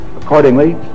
accordingly